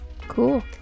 Cool